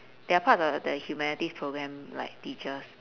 they're part of uh the humanities programme like teachers